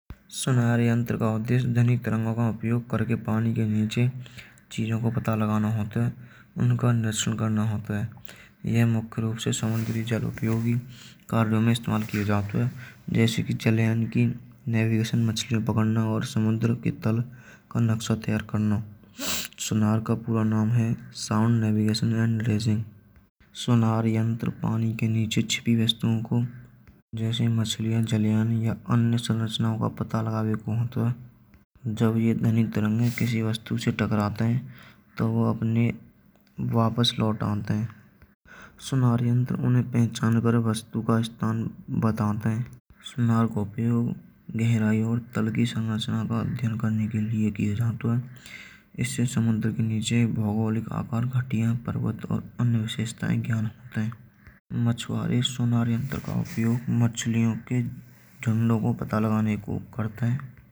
सुनार यंत्र का उद्देश्य ध्वनि तरंगों को उपयोग करके पानी के नीचे चीज़ों को पता लगाणो होता है। उनका निरीक्षण कर्णो होत है। यह मुख्य रूप से समुद्रि जाल उपयोगी कार्यो में इस्तेमाल कियो जातो है। जैसे की चलयान की नेविगेशन मछली पकड़णो और समुद्रि की तेल का नक्शा तैयार कर्णो। सुनार का पूरा नाम है साउंड नेविगेशन और नाराजिंग सुनार यंत्र पानी के नीचे छुपी वस्तुओ को जैसे मछलिया, जलयान या अन्य संरचनो को पता लगावे को होता है। जब ये ध्वनि तरंगे किसी वस्तु से टकरात है तो वो अपने वापस लौट आत है सुनार यंत्र उन्हे पहचान कर वस्तु का स्थान बतात है। सुनार को फिर गहराईयो और ताल की संरचना का अध्ययन करने के लिये कियो जातो है। इस से समुद्र के नीचे भौगोलिक आकार घाटिया पर्वत और अन्य विशेषतायें ज्ञात होते है। मछुवारे सुनार यंत्र का उपयोग मछलियो के झंडो को पता लगाने को करतो है।